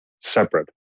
Separate